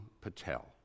Patel